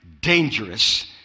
dangerous